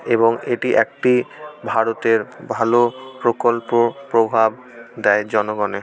এবং এটি একটি ভারতের ভালো প্রকল্প প্রভাব দেয় জনগণে